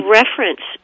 reference